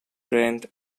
rand